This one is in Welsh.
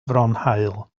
fronhaul